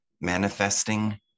manifesting